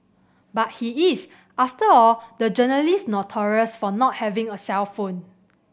but he is after all the journalist notorious for not having a cellphone